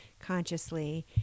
consciously